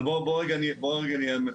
אבל בואו רגע נהיה מרוכזים.